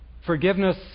forgiveness